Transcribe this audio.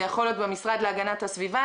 זה יכול להיות במשרד להגנת הסביבה,